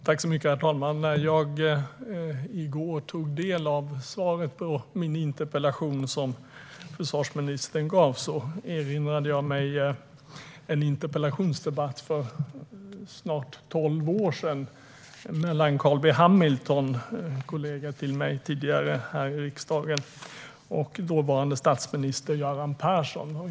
Herr talman! När jag i går tog del av försvarsministerns svar på min interpellation erinrade jag mig en interpellationsdebatt för snart tolv år sedan mellan min tidigare kollega här i riksdagen Carl B Hamilton och dåvarande statsminister Göran Persson.